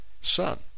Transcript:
son